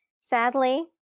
Sadly